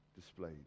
displayed